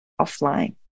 offline